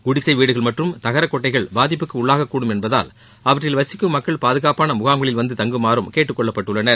குடிசை வீடுகள் மற்றும் தகர கொட்டகைகள் பாதிப்புக்கு உள்ளாகக்கூடும் என்பதால் அவற்றில் வசிக்கும் மக்கள் பாதுகாப்பாக முகாம்களில் வந்து தங்குமாறும் கேட்டுக் கொள்ளப்பட்டுள்ளனர்